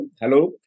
Hello